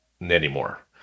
Anymore